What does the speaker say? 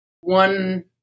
one